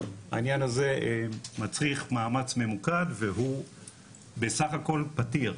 העניין הזה מצריך מאמץ ממוקד והוא בסך הכל פתיר,